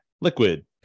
Liquid